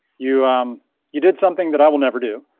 you um you did something that i will never do.